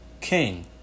king